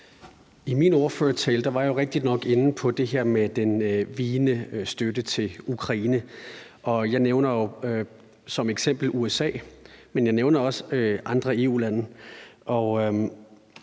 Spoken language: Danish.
I min ordførertale var jeg rigtignok inde på det her med vigende støtte til Ukraine. Jeg nævner jo som eksempel USA, men jeg nævner også andre EU-lande.